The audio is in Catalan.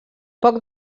poc